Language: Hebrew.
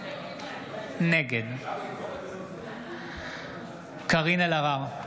נגד קארין אלהרר,